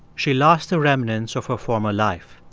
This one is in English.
she lost the remnants of her former life.